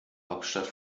hauptstadt